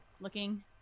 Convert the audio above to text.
looking